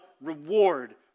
reward